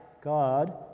God